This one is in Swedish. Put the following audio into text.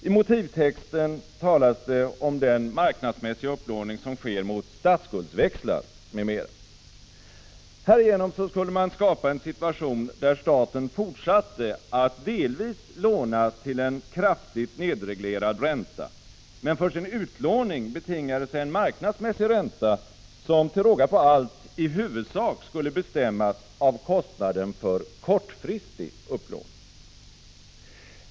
I motivtexten talas om den marknadsmässiga upplåning som sker mot statsskuldväxlar m.m. Härigenom skulle man skapa en situation där staten fortsatte att delvis låna till en kraftigt nedreglerad ränta men för sin utlåning betinga sig en marknadsmässig ränta som till råga på allt i huvudsak skulle bestämmas av kostnaden för kortfristig upplåning.